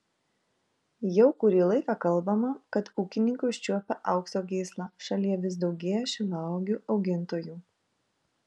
jau kurį laiką kalbama kad ūkininkai užčiuopę aukso gyslą šalyje vis daugėja šilauogių augintojų